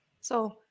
So-